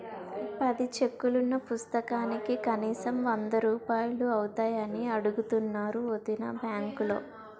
పది చెక్కులున్న పుస్తకానికి కనీసం వందరూపాయలు అవుతాయని అడుగుతున్నారు వొదినా బాంకులో